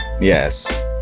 Yes